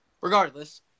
Regardless